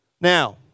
Now